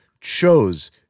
chose